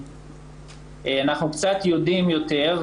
שאנחנו קצת יודעים יותר,